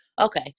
okay